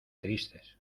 tristes